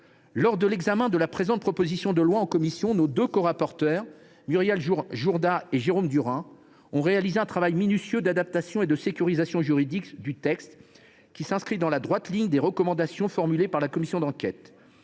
Lors de l’examen de cette proposition de loi en commission, nos deux rapporteurs, Muriel Jourda et Jérôme Durain, ont réalisé un minutieux travail d’adaptation et de sécurisation juridique du texte, qui s’inscrit dans la droite ligne des recommandations formulées par la commission d’enquête.